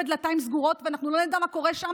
בדלתיים סגורות ואנחנו לא נדע מה קורה שם,